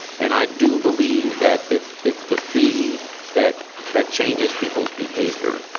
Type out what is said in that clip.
and i do believe that it's it's the fee that that changes people's behavior,